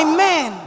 Amen